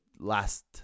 last